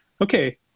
okay